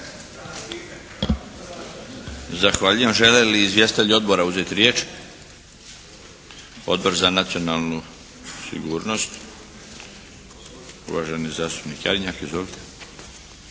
Zahvaljujem. Žele li izvjestitelji odbora uzeti riječ? Odbor za nacionalnu sigurnost, uvaženi zastupnik Jarnjak. Izvolite!